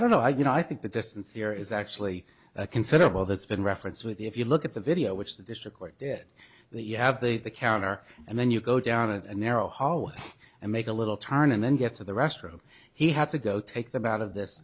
don't know i you know i think the distance here is actually considerable that's been referenced with the if you look at the video which the district court did you have the counter and then you go down and narrow hallway and make a little turn and then get to the restroom he had to go take them out of this